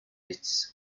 its